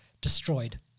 destroyed